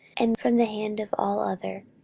and from the hand of all other,